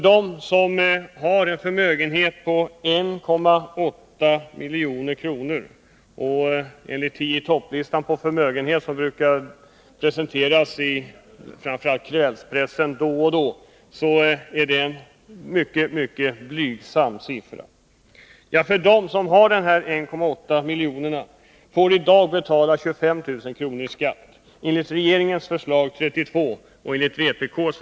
De som i dag har en förmögenhet på 1,8 milj.kr. — enligt tio-i-topplistan när det gäller förmögenhetsinnehav, som då och då brukar presenteras i framför allt kvällspressen, är det en mycket blygsam summa — får betala 25 000 kr. i skatt. Enligt regeringens förslag skall de i stället betala 32 000 kr. men enligt vpk:s förslag 43 000 kr. i skatt.